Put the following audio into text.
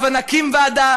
הבה נקים ועדה